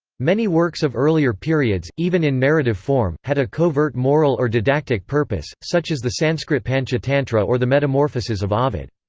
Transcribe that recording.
many works of earlier periods, even in narrative form, had a covert moral or didactic purpose, such as the sanskrit panchatantra or the metamorphoses of ovid.